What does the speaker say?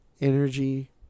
energy